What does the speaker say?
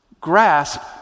grasp